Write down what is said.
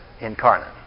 incarnate